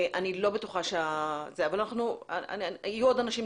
אני לא בטוחה אבל יהיו עוד אנשים,